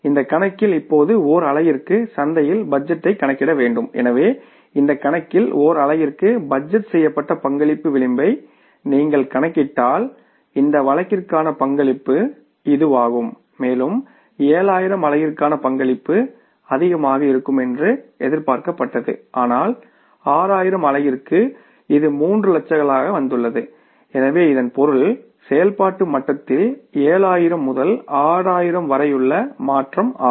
இந்த கணக்கில் இப்போது ஒரு அலகிற்கு சந்தையில் பட்ஜெட்டை கணக்கிட வேண்டும் எனவே இந்த கணக்கில் ஒரு அலகிற்கு பட்ஜெட் செய்யப்பட்ட பங்களிப்பு விளிம்பை நீங்கள் கணக்கிட்டால் இந்த வழக்கிற்கான பங்களிப்பு இதுவாகும் மேலும் 7000 அலகிற்கான பங்களிப்பு அதிகமாக இருக்கும் என்று எதிர்பார்க்கப்பட்டது ஆனால் 6000 அலகிற்கு இது 3 லட்சங்களாக வந்துள்ளது எனவே இதன் பொருள் செயல்பாட்டு மட்டத்தில் 7000 முதல் 6000 வரையுள்ள மாற்றம் ஆகும்